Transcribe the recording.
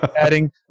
adding